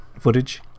footage